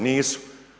Nisu.